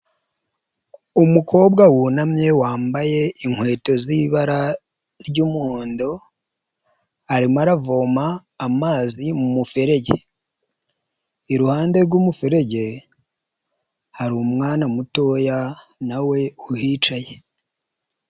Umukobwa wunamye wambaye inkweto z'ibara ry'umuhondo, arimo aravoma amazi mu muferege, iruhande rw'umuferege hari umwana mutoya nawe uhicaye.